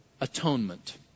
atonement